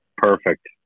Perfect